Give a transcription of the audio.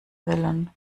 willen